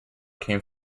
came